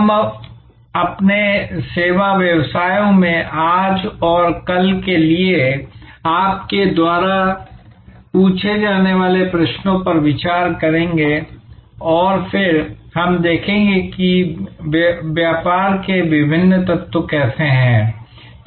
हम अपने सेवा व्यवसायों में आज और कल के लिए आपके द्वारा पूछे जाने वाले प्रश्नों पर विचार करेंगे और फिर हम देखेंगे कि व्यापार के विभिन्न तत्व कैसे हैं